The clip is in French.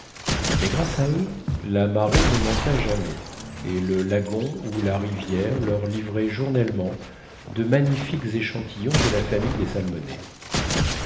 mais grâce à eux la marée ne manqua jamais et le lagon ou la rivière leur livraient journellement de magnifiques échantillons de la famille des salmonées